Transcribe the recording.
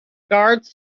guards